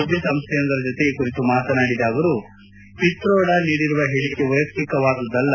ಸುದ್ಲಿಸಂಸ್ಲೆಯೊಂದರ ಜೊತೆ ಈ ಕುರಿತು ಮಾತನಾಡಿದ ಪ್ರಧಾನಿ ಪಿತ್ರೋಡಾ ನೀಡಿರು ಹೇಳಕೆ ವೈಯಕ್ತಿಕವಾದುದಲ್ಲ